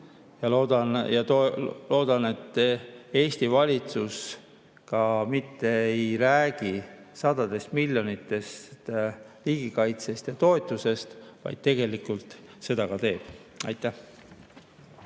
Ja loodan, et Eesti valitsus ka mitte ainult ei räägi sadadest miljonitest riigikaitsesse ja toetusse, vaid tegelikult seda ka teeb. Aitäh!